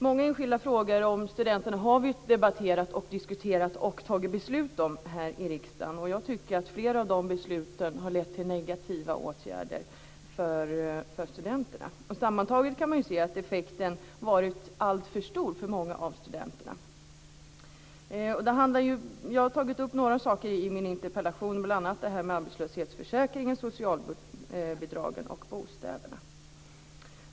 Många enskilda frågor om studenterna har vi debatterat, diskuterat och fattat beslut om här i riksdagen, och jag tycker att flera av dessa beslut har lett till negativa åtgärder för studenterna. Sammantaget kan man se att effekten varit alltför stor för många av studenterna. Jag har tagit upp några saker i min interpellation, bl.a. det här med arbetslöshetsförsäkringen, socialbidragen och bostäderna.